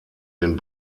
den